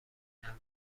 آینده